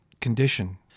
condition